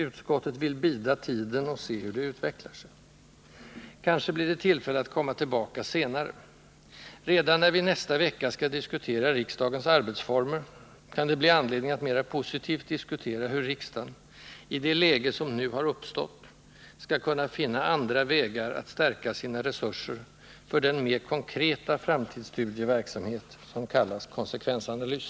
Utskottet vill bida tiden och se hur det utvecklar sig. Kanske blir det tillfälle att komma tillbaka senare. Redan när vi nästa vecka skall diskutera riksdagens arbetsformer kan det bli anledning att mera positivt diskutera hur riksdagen, i det läge som nu har uppstått, skall kunna finna andra vägar att stärka sina resurser för den mera konkreta framtidsstudieverksamhet som kallas konsekvensanalys.